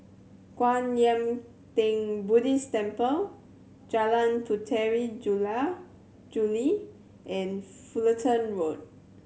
Kwan Yam Theng Buddhist Temple Jalan Puteri Jula Juli and Fullerton Road